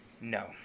No